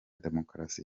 demokarasi